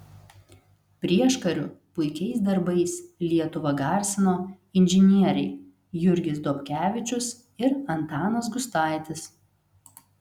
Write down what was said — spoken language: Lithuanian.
prieškariu puikiais darbais lietuvą garsino inžinieriai jurgis dobkevičius ir antanas gustaitis